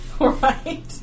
Right